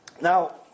Now